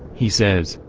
he says,